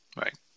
Right